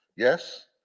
Yes